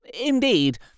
Indeed